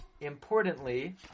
importantly